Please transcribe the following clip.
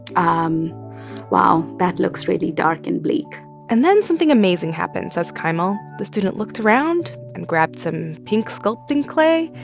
um wow, that looks really dark and bleak and then something amazing happened, says kaimal. the student looked around and grabbed some pink sculpting clay.